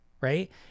right